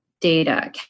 data